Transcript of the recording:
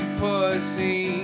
pussy